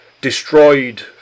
destroyed